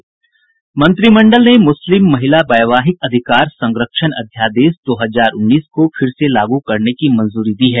मंत्रिमंडल ने मुस्लिम महिला वैवाहिक अधिकार संरक्षण अध्यादेश दो हजार उन्नीस को फिर से लागू करने की मंजूरी दी है